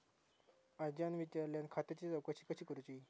आज्यान विचारल्यान खात्याची चौकशी कशी करुची?